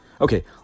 Okay